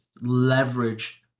leverage